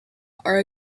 are